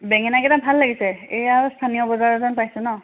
বেঙেনা কেইটা ভাল লাগিছে এয়াও স্থানীয় বজাৰৰ যেন পাইছো ন'